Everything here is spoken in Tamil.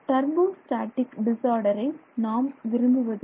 டர்போ ஸ்டாட்டிக் டிஸ்ஆர்டரை நாம் விரும்புவதில்லை